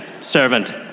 Servant